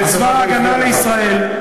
וצבא הגנה לישראל,